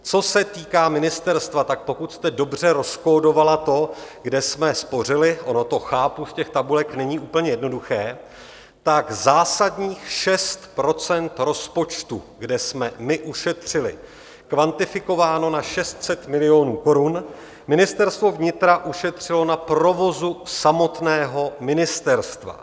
Co se týká ministerstva, tak pokud jste dobře rozkódovala to, kde jsme spořili, chápu, ono to v těch tabulkách není úplně jednoduché, tak zásadních 6 % rozpočtu, kde jsme my ušetřili, kvantifikováno na 600 milionů korun, Ministerstvo vnitra ušetřilo na provozu samotného ministerstva.